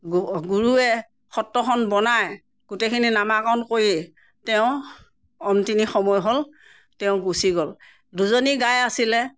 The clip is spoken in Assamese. গু গুৰুৱে সত্ৰখন বনায় গোটেইখিনি নামাকৰণ কৰি তেওঁ অন্তিম সময় হ'ল তেওঁ গুচি গ'ল দুজনী গাই আছিলে